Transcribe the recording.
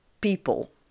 people